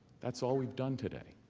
that's all we've done today.